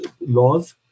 laws